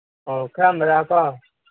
ꯑꯣ ꯀꯔꯝꯕꯔꯥꯀꯣ